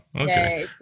okay